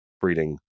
breeding